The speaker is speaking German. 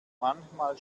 manchmal